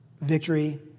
victory